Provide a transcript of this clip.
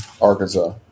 Arkansas